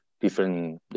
different